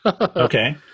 Okay